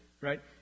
right